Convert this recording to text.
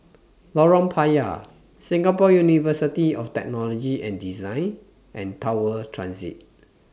Lorong Payah Singapore University of Technology and Design and Tower Transit